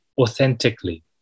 authentically